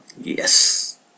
Yes